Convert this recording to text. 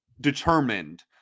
determined